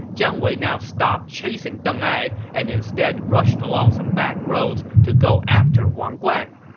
jiang wei now stopped chasing deng ai and instead rushed along some backroads to go after wang guan.